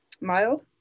mild